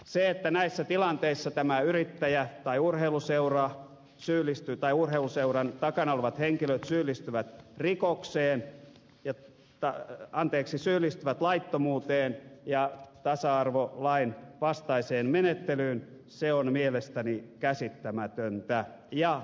se että näissä tilanteissa tämä yrittäjä tai urheiluseuran takana olevat henkilöt syyllistyvät laittomuuteen ja tasa arvolain vastaiseen menettelyyn on mielestäni käsittämätöntä ja perusteetonta